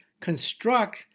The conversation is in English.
construct